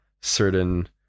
certain